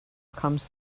comes